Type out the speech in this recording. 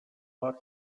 wars